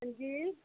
अंजी